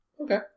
Okay